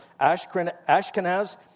Ashkenaz